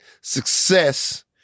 success